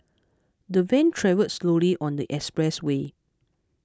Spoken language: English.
the van travelled slowly on the expressway